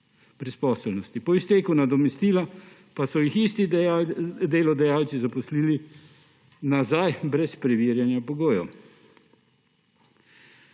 Po izteku nadomestila pa so jih isti delodajalci zaposlili nazaj brez preverjanja pogojev.